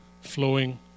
flowing